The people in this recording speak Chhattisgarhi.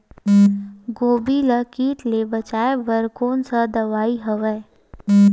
गोभी ल कीट ले बचाय बर कोन सा दवाई हवे?